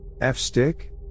F-Stick